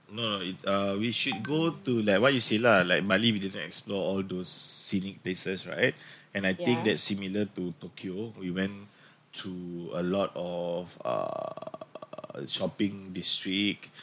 no it uh we should go to like what you say lah like bali we didn't explore all those scenic places right and I think that similar to tokyo we went to a lot of err shopping district